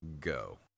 go